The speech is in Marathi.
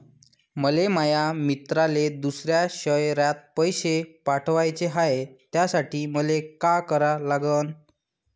मले माया मित्राले दुसऱ्या शयरात पैसे पाठवाचे हाय, त्यासाठी मले का करा लागन?